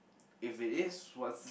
if it is what